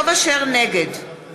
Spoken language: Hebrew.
נגד